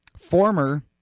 former